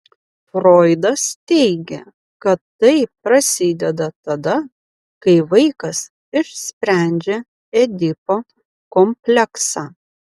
froidas teigė kad tai prasideda tada kai vaikas išsprendžia edipo kompleksą